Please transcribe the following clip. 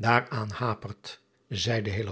aar aan hapert zeide